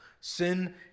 Sin